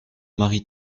marie